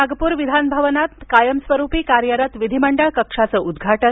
नागपूर विधान भवनात कायमस्वरुपी कार्यरत विधिमंडळ कक्षाचं उद्घाटन